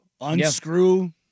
unscrew